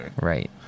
Right